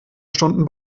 stunden